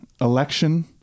Election